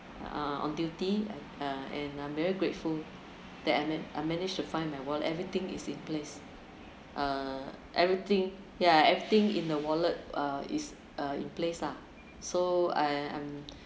uh on duty uh and uh I'm very grateful that I ma~ I manage to find my wallet everything is in place uh everything ya everything in the wallet uh is uh in place lah so uh I'm